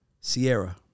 Sierra